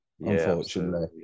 unfortunately